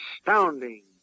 Astounding